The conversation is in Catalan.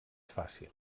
fàcil